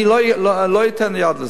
אני לא אתן יד לזה.